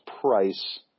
price